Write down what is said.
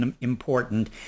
important